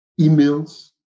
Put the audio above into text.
emails